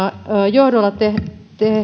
johdolla tehdyssä